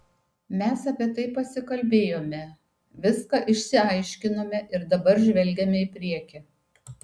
mes apie tai pasikalbėjome viską išsiaiškinome ir dabar žvelgiame į priekį